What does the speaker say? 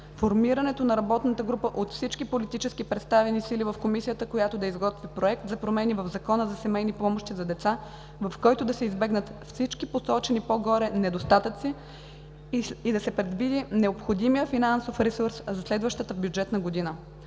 формирането на работна група от всички политически представени сили в Комисията, която да изготви проект за промени в Закона за семейни помощи за деца, в който да се избегнат всички посочени по-горе недостатъци и се предвиди необходимият финансов ресурс за следващата бюджетна година.